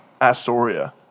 Astoria